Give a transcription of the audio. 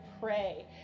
pray